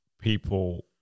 people